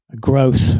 growth